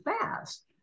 fast